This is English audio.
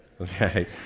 okay